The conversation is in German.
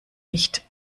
nicht